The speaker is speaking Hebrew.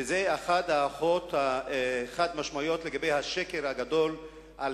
וזאת אחת ההוכחות החד-משמעיות לגבי השקר הגדול על